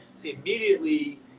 immediately